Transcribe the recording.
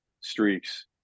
streaks